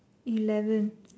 eleven